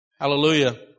Hallelujah